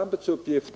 Tag t.ex.